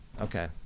Okay